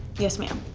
yes ma'am.